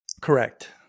Correct